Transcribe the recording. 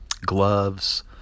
gloves